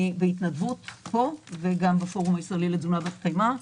אני בהתנדבות פה וגם בפורום הישראלי לתזונה בת קיימא.